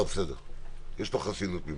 יש לו חסינות ממני.